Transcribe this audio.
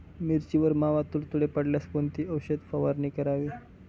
मिरचीवर मावा, तुडतुडे पडल्यास कोणती औषध फवारणी करावी?